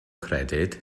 credyd